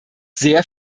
sehr